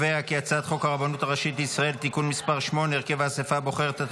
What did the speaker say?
הצעת חוק הרבנות הראשית לישראל (תיקון מס' 8) (הרכב האסיפה הבוחרת),